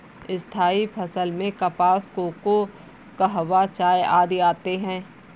स्थायी फसल में कपास, कोको, कहवा, चाय आदि आते हैं